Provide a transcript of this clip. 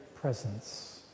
presence